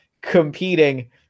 competing